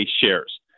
shares